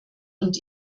und